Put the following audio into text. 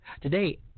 Today